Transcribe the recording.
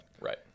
Right